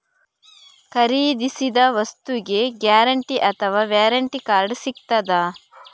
ಖರೀದಿಸಿದ ವಸ್ತುಗೆ ಗ್ಯಾರಂಟಿ ಅಥವಾ ವ್ಯಾರಂಟಿ ಕಾರ್ಡ್ ಸಿಕ್ತಾದ?